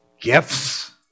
Gifts